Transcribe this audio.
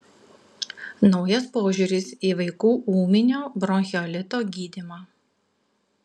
naujas požiūris į vaikų ūminio bronchiolito gydymą